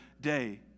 day